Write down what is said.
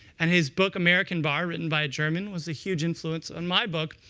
and his book american bar, written by a german, was a huge influence on my book.